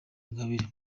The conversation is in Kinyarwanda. ingabire